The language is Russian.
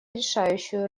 решающую